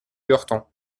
lurton